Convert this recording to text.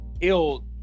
ill